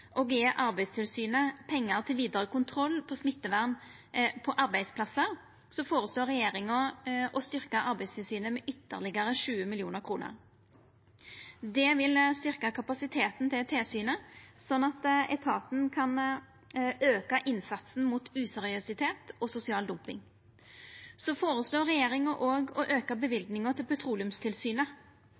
og gje Arbeidstilsynet pengar til vidare kontroll med smittevern på arbeidsplassar føreslår regjeringa å styrkja Arbeidstilsynet med ytterlegare 20 mill. kr. Det vil styrkja kapasiteten til tilsynet sånn at etaten kan auka innsatsen mot useriøsitet og sosial dumping. Så føreslår regjeringa òg å auka løyvinga til Petroleumstilsynet.